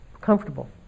comfortable